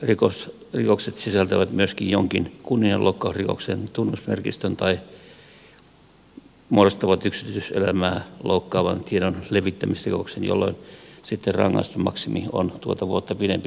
useinhan kiusaamisrikokset sisältävät myöskin jonkin kunnianloukkausrikoksen tunnusmerkistön tai muodostavat yksityiselämää loukkaavan tiedon levittämisrikoksen jolloin sitten rangaistusmaksimi on tuota vuotta pidempi kaksi vuotta